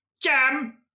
jam